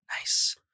nice